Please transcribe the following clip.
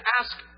ask